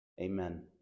Amen